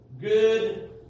good